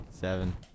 seven